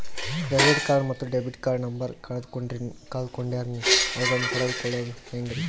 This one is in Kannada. ಕ್ರೆಡಿಟ್ ಕಾರ್ಡ್ ಮತ್ತು ಡೆಬಿಟ್ ಕಾರ್ಡ್ ನಂಬರ್ ಕಳೆದುಕೊಂಡಿನ್ರಿ ಅವುಗಳನ್ನ ಪಡೆದು ಕೊಳ್ಳೋದು ಹೇಗ್ರಿ?